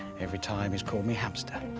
every time he's called me hamster.